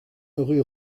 rue